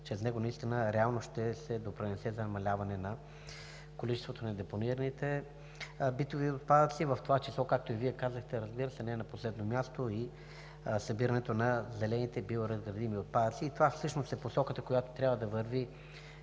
чрез него реално ще се допринесе за намаляване на количеството на депонираните битови отпадъци, в това число, както и Вие казахте, разбира се, не на последно място, и за събирането на зелените биоразградими отпадъци. Това всъщност е посоката, в която трябва да вървят